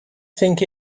think